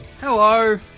Hello